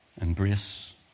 Embrace